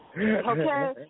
Okay